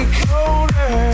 colder